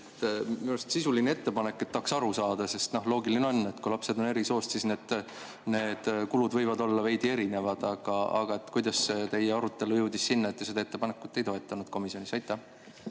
sisuline ettepanek ja tahaks aru saada. Loogiline on, et kui lapsed on eri soost, siis kulud võivad olla veidi erinevad. Aga kuidas teie arutelu jõudis sinna, et te seda ettepanekut ei toetanud komisjonis? Jah,